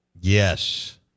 Yes